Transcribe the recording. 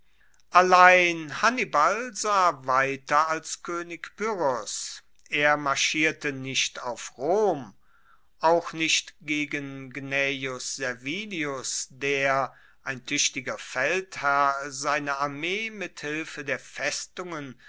allein hannibal sah weiter als koenig pyrrhos er marschierte nicht auf rom auch nicht gegen gnaeus servilius der ein tuechtiger feldherr seine armee mit hilfe der festungen